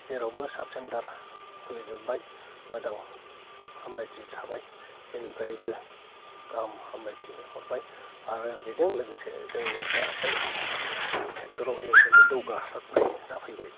जेराव साब सेन्थार खुलिजोबबाय मोजां हामब्लायथि थाबाय जोंनिफ्रायबो गाहाम हामब्लायथि हरबाय आरो बेजों लोगोसे जोंनि दा हेल्ट सेक्टर आव दा जौगासारनाय जाफैबाय